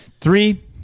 Three